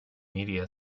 media